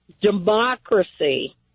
democracy